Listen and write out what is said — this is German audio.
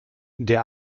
der